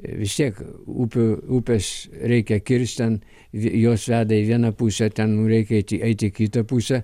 vis tiek upių upės reikia kirst ten jos veda į vieną pusę ten reikia eit eit į kitą pusę